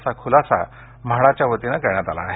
असा खुलासा म्हाडाच्या वतीनं करण्यात आला आहे